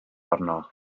arno